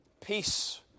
peace